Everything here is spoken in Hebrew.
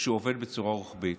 שעובד בצורה רוחבית.